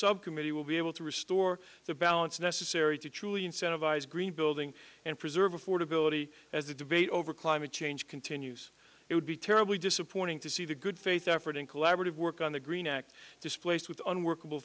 subcommittee will be able to restore the balance necessary to truly incentivize green building and preserve affordability as the debate over climate change continues it would be terribly disappointing to see the good faith effort in collaborative work on the green act displaced with unworkable